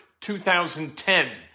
2010